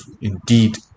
indeed